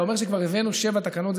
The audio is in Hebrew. אתה אומר שכבר הבאנו שבע תקנות.